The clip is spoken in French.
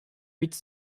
fuite